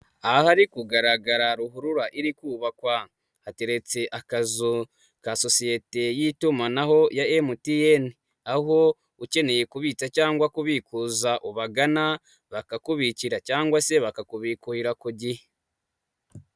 Ahari kugaragara ruhurura iri kubakwa, hateretse akazu ka sosiyete y'itumanaho ya MTN, aho ukeneye kubitsa cyangwa kubikuza ubagana, bakakubikira cyangwa se bakakubibikurira ku gihe.